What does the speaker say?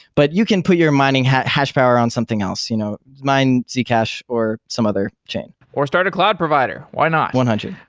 but you can put your mining hash hash power on something else, you know mine zcash or some other chain. or start a cloud provider. why not? one hundred.